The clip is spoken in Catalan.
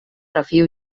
refio